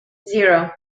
zero